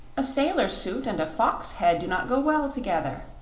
a sailor suit and a fox head do not go well together,